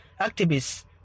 activists